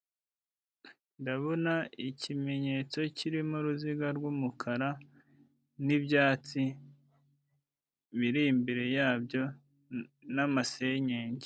Ndabona ikimenyetso kirimo uruziga rw'umukara n'ibyatsi biri imbere yabyo n'amasenyenge.